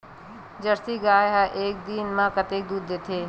Jersey गाय ह एक दिन म कतेकन दूध देथे?